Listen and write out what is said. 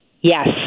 Yes